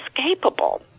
inescapable